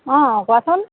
অঁ কোৱাচোন